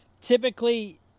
Typically